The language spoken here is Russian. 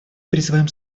призываем